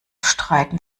streiten